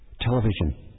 Television